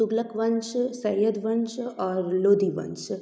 तुगलक वंश सैयद वंश आओर लोदी वंश